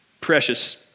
Precious